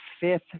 fifth